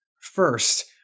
First